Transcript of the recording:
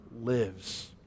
lives